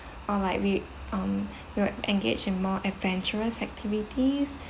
or like we um we'll engage in more adventurous activities